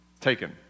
Taken